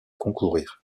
concourir